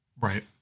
Right